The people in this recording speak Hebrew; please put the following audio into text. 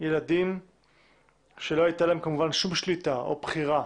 ילדים שלא הייתה להם כמובן שום שליטה או בחירה